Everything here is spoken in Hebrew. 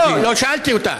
לא שאלתי אותה.